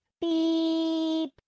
Beep